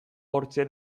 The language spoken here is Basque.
hortxe